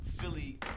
Philly